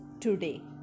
today